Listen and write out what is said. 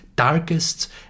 darkest